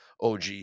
OG